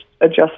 adjust